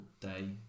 day